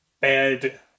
bad